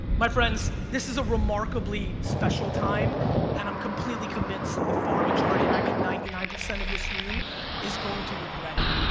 my friends this is a remarkably special time and i'm completely convinced the far majority and i mean ninety nine percent of this room is going to regret it.